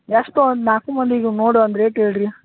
ಎಷ್ಟು ಒಂದು ನಾಲ್ಕು ಮಂದಿಗೆ ನೋಡ್ವ ಒಂದು ರೇಟ್ ಹೇಳ್ರೀ